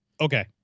Okay